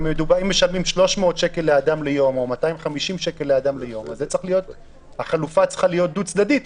אם משלמים 300 או 250 שקל לאדם ליום אז החלופה צריכה להיות דו צדדית,